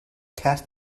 cast